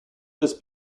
this